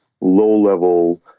low-level